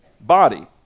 body